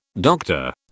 doctor